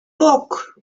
look